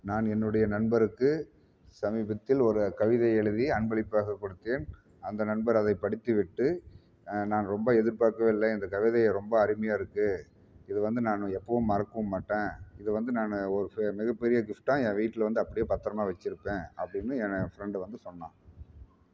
நான் என்னுடைய நண்பருக்கு சமீபத்தில் ஒரு கவிதை எழுதி அன்பளிப்பாக கொடுத்தேன் அந்த நண்பர் அதை படித்துவிட்டு நான் ரொம்ப எதிர்பார்க்கவில்லை இந்த கவிதை ரொம்ப அருமையாக இருக்குது இது வந்து நான் எப்போவும் மறக்கவும் மாட்டேன் இதை வந்து நான் ஒரு மிக பெரிய கிஃப்ட்டாக என் வீட்டில் வந்து அப்படியே பத்திரமா வச்சுருப்பேன் அப்படின்னு ஏன் ஃப்ரெண்ட்டு வந்து சொன்னான்